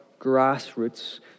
grassroots